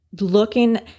looking